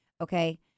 Okay